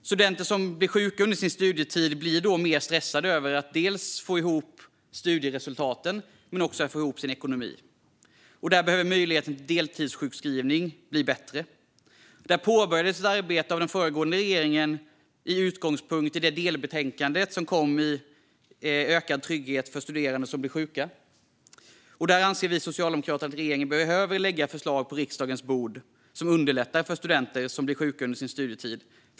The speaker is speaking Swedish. Studenter som blir sjuka under sin studietid blir då mer stressade över att dels få ihop studieresultaten, dels få ihop ekonomin. Där behöver möjligheten till deltidssjukskrivning bli bättre. Den förra regeringen påbörjade ett arbete med utgångspunkt i delbetänkandet Ökad trygghet för studerande som blir sjuka . Vi socialdemokrater anser att regeringen bör lägga ett förslag på riksdagens bord som underlättar för studenter som blir sjuka under sin studietid.